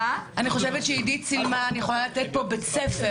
אני חושבת שעידית סילמן יכולה לתת פה בית ספר